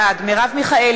בעד מרב מיכאלי,